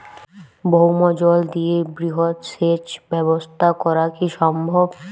ভৌমজল দিয়ে বৃহৎ সেচ ব্যবস্থা করা কি সম্ভব?